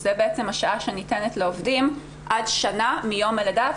שזו בעצם השעה שניתנת לעובדים עד שנה מיום הלידה.